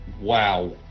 wow